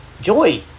joy